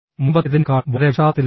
മുമ്പത്തേതിനേക്കാൾ വളരെ വിഷാദത്തിലാണ്